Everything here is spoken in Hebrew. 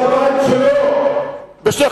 של הבית שלו בשיח'-מוניס?